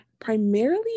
primarily